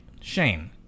Shane